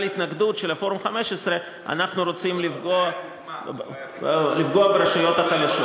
התנגדות פורום ה-15 אנחנו רוצים לפגוע ברשויות החלשות.